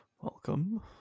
welcome